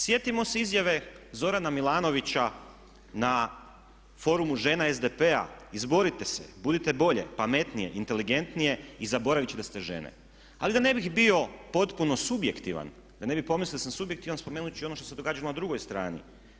Sjetimo se izjave Zorana Milanovića na forumu žena SDP-a, izborite se, budite bolje, pametnije, inteligentnije i zaboravit će da ste žene ali da ne bih bio potpuno subjektivan, da ne bi pomislio da sam subjektivan spomenut ću ono što se događalo na drugoj strani.